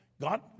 God